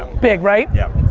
big, right? yeah.